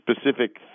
specific